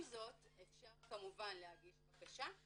עם זאת, אפשר כמובן להגיש בקשה.